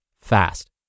fast